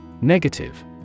Negative